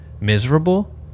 miserable